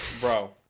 Bro